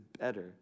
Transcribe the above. better